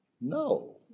No